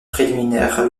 préliminaire